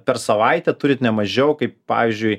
per savaitę turit ne mažiau kaip pavyzdžiui